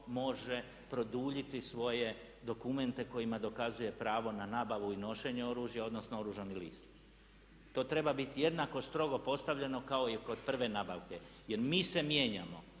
produljiti svoje dokumente kojima dokazuje pravo na nabavu i nošenje oružja odnosno oružani list. To treba biti jednako strogo postavljeno kao i kod prve nabavke. Jer mi se mijenjamo